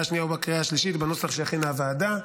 השנייה ובקריאה השלישית בנוסח שהכינה הוועדה.